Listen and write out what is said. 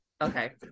okay